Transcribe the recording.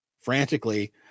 frantically